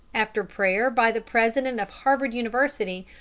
after prayer by the president of harvard university,